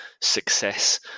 success